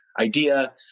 idea